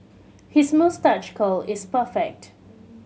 his moustache curl is perfect